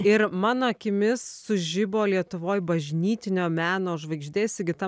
ir mano akimis sužibo lietuvoj bažnytinio meno žvaigždė sigita